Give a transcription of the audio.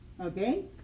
Okay